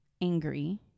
angry